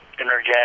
energetic